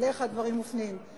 אליך הדברים מופנים.